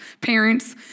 parents